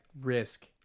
risk